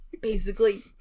Basically-